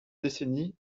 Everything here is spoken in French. décennie